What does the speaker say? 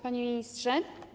Panie Ministrze!